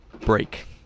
Break